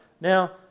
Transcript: Now